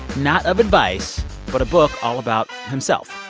not of advice but a book all about himself.